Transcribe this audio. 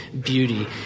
beauty